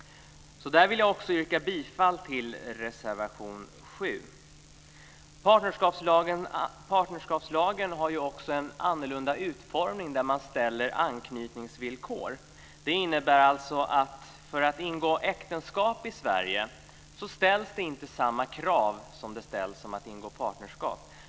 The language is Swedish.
Där yrkar jag bifall till reservation 7. Partnerskapslagen har ju också en utformning som är annorlunda. Man ställer anknytningsvillkor. För att ingå äktenskap i Sverige ställs alltså inte samma krav som när det gäller att ingå partnerskap.